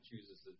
chooses